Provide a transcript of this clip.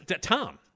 Tom